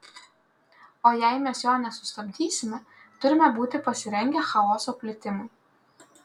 o jei mes jo nesustabdysime turime būti pasirengę chaoso plitimui